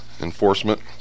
enforcement